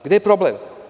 Gde je problem?